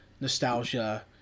nostalgia